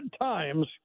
times